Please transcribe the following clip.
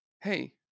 Hey